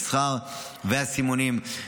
מסחר וסימונים.